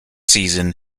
season